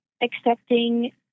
accepting